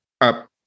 up